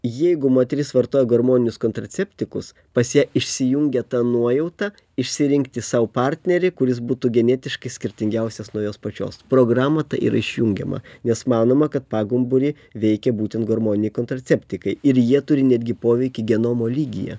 jeigu moteris vartoja hormoninius kontraceptikus pas ją išsijungia ta nuojauta išsirinkti sau partnerį kuris būtų genetiškai skirtingiausias nuo jos pačios programa ta yra išjungiama nes manoma kad pagumburį veikia būtent hormoniniai kontraceptikai ir jie turi netgi poveikį genomo lygyje